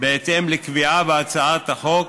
בהתאם לקביעה בהצעת החוק,